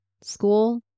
school